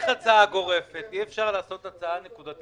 מנסה להעריך מה ההוצאות